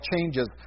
changes